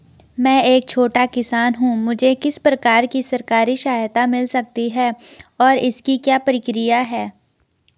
मैं एक छोटा किसान हूँ मुझे किस प्रकार की सरकारी सहायता मिल सकती है और इसकी क्या प्रक्रिया है?